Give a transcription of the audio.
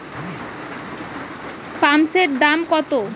পাম্পসেটের দাম কত?